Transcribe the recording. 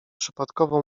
przypadkowo